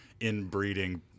inbreeding